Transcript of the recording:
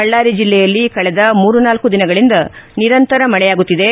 ಬಳ್ಳಾರಿ ಜಿಲ್ಲೆಯಲ್ಲಿ ಕಳೆದ ಮೂರುನಾಲ್ಲು ದಿನಗಳಿಂದ ನಿರಂತರ ಮಳೆಯಾಗುತ್ತಿದೆ